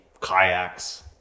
kayaks